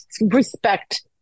respect